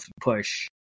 push